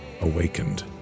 awakened